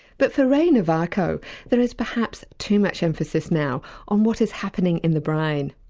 but for ray novaco there is perhaps too much emphasis now on what is happening in the brain.